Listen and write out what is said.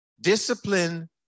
discipline